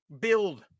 build